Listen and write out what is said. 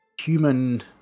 human